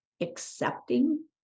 accepting